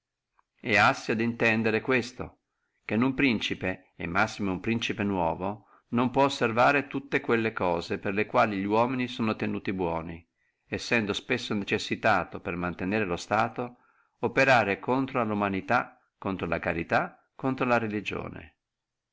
et hassi ad intendere questo che uno principe e massime uno principe nuovo non può osservare tutte quelle cose per le quali li uomini sono tenuti buoni sendo spesso necessitato per mantenere lo stato operare contro alla fede contro alla carità contro alla